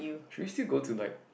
Christie go tonight